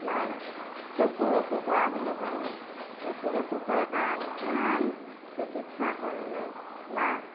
মাৰ চকুৰ অসুখ হোৱা বুলি ক'লে চকুৰ অসুখৰ কাৰণে কিমান চিকিৎসা কৰিলে মাৰ